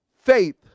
faith